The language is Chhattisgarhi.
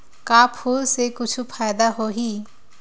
का फूल से कुछु फ़ायदा होही?